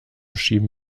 schieben